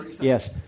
Yes